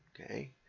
Okay